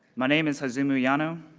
my name is hazumu yano,